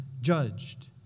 judged